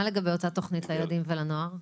לגבי אותה תוכנית לילדים ולנוער?